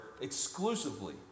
exclusively